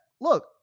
Look